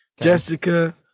Jessica